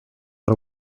out